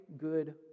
good